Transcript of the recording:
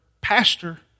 pastor